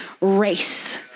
race